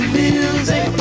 music